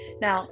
Now